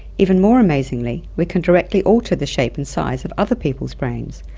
even more amazingly we can directly alter the shape and size of other people's brains,